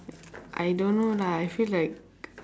I don't know lah I feel like